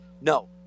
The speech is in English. No